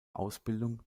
ausbildung